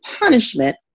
punishment